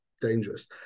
dangerous